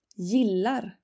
Gillar